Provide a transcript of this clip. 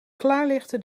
klaarlichte